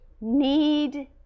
need